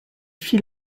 fit